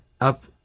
up